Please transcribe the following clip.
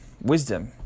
wisdom